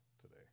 today